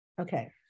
okay